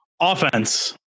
Offense